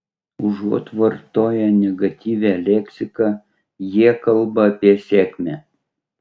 užuot vartoję negatyvią leksiką jie kalba apie sėkmę